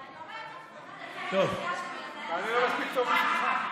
אני לא מספיק טוב בשבילך?